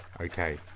Okay